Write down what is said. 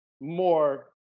more